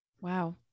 Wow